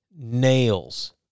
nails